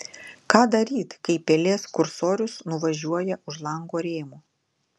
ką daryt kai pelės kursorius nuvažiuoja už lango rėmų